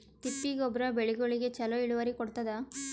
ತಿಪ್ಪಿ ಗೊಬ್ಬರ ಬೆಳಿಗೋಳಿಗಿ ಚಲೋ ಇಳುವರಿ ಕೊಡತಾದ?